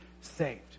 saved